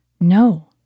No